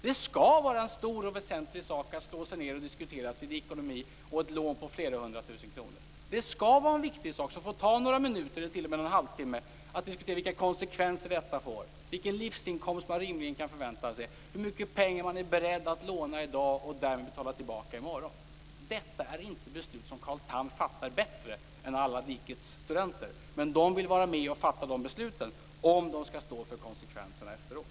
Det skall vara en stor och väsentlig sak att diskutera sin ekonomi och ett lån på flera hundratusen kronor. Det skall vara en viktig sak, och det skall få ta några minuter eller t.o.m. någon halvtimme att diskutera vilka konsekvenser detta får, vilken livsinkomst man rimligen kan förvänta sig och hur mycket pengar man är beredd att låna i dag och därmed betala tillbaka i morgon. Detta är inte beslut som Carl Tham fattar bättre än alla rikets studenter. De vill vara med och fatta de besluten om de skall stå för konsekvenserna efteråt.